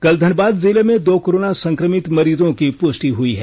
कल धनबाद जिले में दो कोरोना संक्रमित मरीजों की पुष्टि हुई है